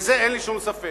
בזה אין לי שום ספק.